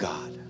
God